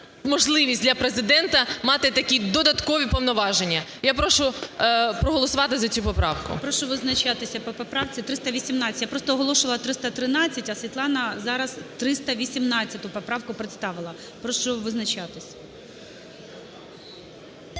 можливість для Президента мати такі додаткові повноваження. Я прошу проголосувати за цю поправку. ГОЛОВУЮЧИЙ. Прошу визначатися по поправці 318. Я просто оголошувала 313, а Світлана зараз 318 поправку представила. Прошу визначатись.